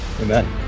amen